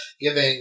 giving